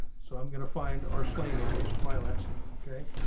so i'm going to find arslanian which is my last name. okay,